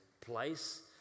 place